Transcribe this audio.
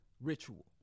ritual